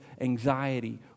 anxiety